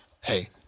Hey